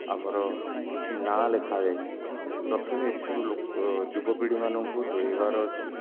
ଆମର କିଛି ନାଁ ଲେଖା ଯାଇଥିବ ପ୍ରଥମେ ଏଥିରୁ ଲୋ ଯୁବପିଢ଼ୀମାନଙ୍କୁ ଦୂରେଇବାର ଅଛି